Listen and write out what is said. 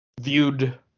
viewed